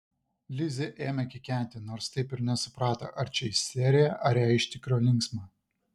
lizė ėmė kikenti nors taip ir nesuprato ar čia isterija ar jai iš tikro linksma